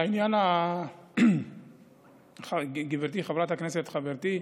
לעניין של גברתי, חברת הכנסת, חברתי,